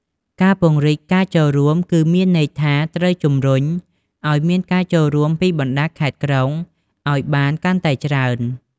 ការពង្រីកការចូលរួមគឺ មានន័យថាត្រូវជំរុញឲ្យមានការចូលរួមពីបណ្តាខេត្តក្រុងឲ្យបានកាន់តែច្រើន។